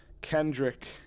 Kendrick